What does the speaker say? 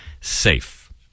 safe